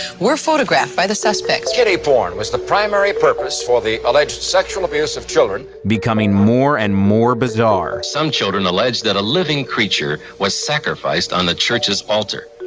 were photographed by the suspects. kiddie porn was the primary purpose for the alleged sexual abuse of children. becoming more and more bizarre. some children allege that a living creature was sacrificed on the church's alter.